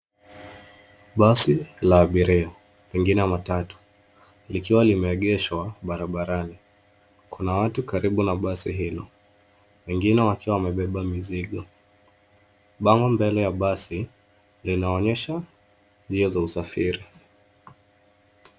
Basi la abiria, pengine matatu likiwa limeegeshwa barabarani. Kuna watu karibu na basi hio, wengine wakiwa wamebeba mizigo. Bango mbele ya basi linaonyesha njia za usafiri.